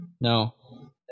No